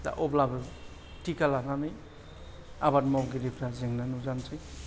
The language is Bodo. दा अब्लाबो थिका लानानै आबाद मावगिरिफ्रा जेंना नुजानोसै